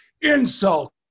insult